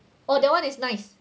oh that one is nice